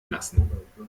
lassen